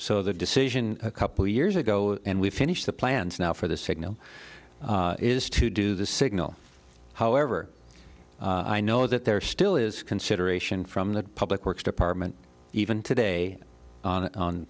so the decision a couple years ago and we've finished the plans now for the signal is to do the signal however i know that there still is consideration from the public works department even today